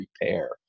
repair